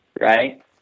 right